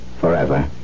Forever